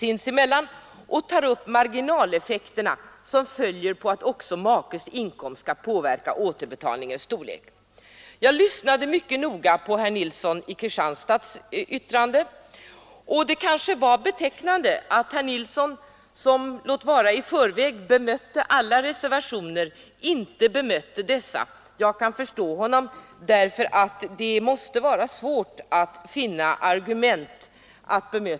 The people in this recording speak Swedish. De tar upp de marginaleffekter som följer av att också makes inkomst skall inverka på återbetalningens storlek. Jag lyssnade mycket noga på det anförande som herr Nilsson i Kristianstad höll. Det är betecknande att herr Nilsson som — låt vara i förväg — bemötte alla argumenten för våra reservationer inte bemötte vad som sägs i reservationerna 8 och 9. Och jag kan förstå honom — det måste vara svårt att finna argument för det.